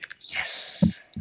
Yes